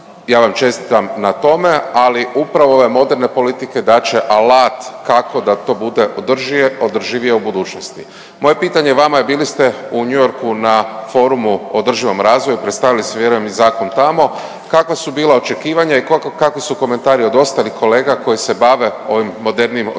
ja vam čestitam na tome, ali upravo ove moderne politike dat će alat kako da to bude održivije u budućnosti. Moje pitanje vama je bili ste u New Yorku na forumu o održivom razvoju, predstavili ste vjerujem i zakon tamo, kakva su bila očekivanja i kakvi su komentari od ostalih kolega koji se bave ovim modernijim održivim